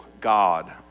god